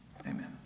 Amen